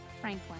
Franklin